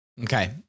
Okay